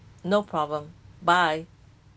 no problem bye